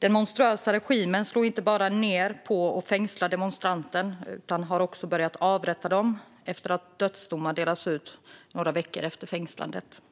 Den monstruösa regimen slår inte bara ned på och fängslar demonstranter utan har också börjat att avrätta dem efter att dödsdomar delats ut några veckor efter fängslandet.